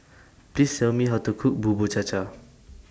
Please Tell Me How to Cook Bubur Cha Cha